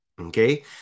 Okay